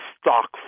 stock